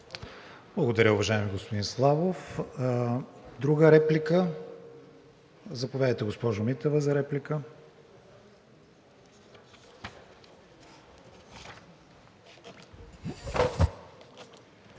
Благодаря, уважаеми господин Славов. Друга реплика? Заповядайте, госпожо Митева, за реплика.